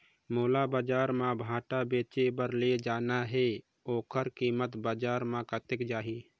मोला बजार मां भांटा बेचे बार ले जाना हे ओकर कीमत बजार मां कतेक जाही?